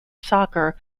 soccer